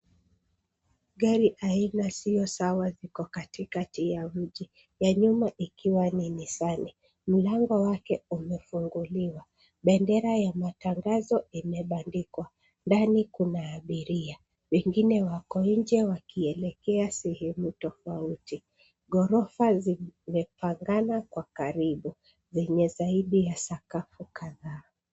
Gari aina sio sawa viko katikati ya mji, ya nyuma ikiwa ni Nissani . Mlango wake umefunguliwa. Bendera ya matangazo imebandikwa. Ndani kuna abiria, wengine wako nje wakielekea sehemu tofauti. Ghorofa zimepangana kwa karibu, zenye zaidi ya sakafu kadhaa.